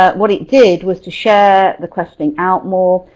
ah what it did was to share the question out more.